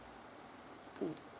mm